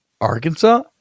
Arkansas